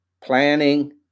planning